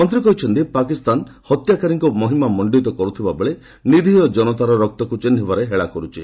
ମନ୍ତ୍ରୀ କହିଛନ୍ତି ପାକିସ୍ତାନ ହତ୍ୟାକାରୀଙ୍କୁ ମହିମାମଣ୍ଡିତ କରୁଥିବାବେଳେ ନିରୀହ ଜନତାର ରକ୍ତକୁ ଚିହ୍ନିବାରେ ହେଳା କରୁଛି